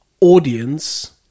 audience